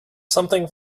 something